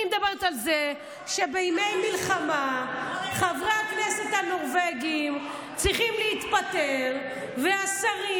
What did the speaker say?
אני מדברת על זה שבימי מלחמה חברי הכנסת הנורבגים צריכים להתפטר והשרים